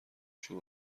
شور